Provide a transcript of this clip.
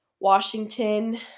Washington